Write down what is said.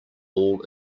all